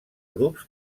grups